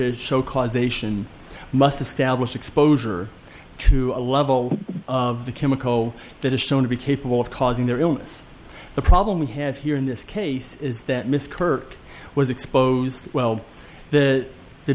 show causation must establish exposure to a level of the chemical that is shown to be capable of causing their illness the problem we have here in this case is that miss kirk was exposed well the the